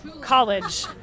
college